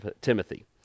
Timothy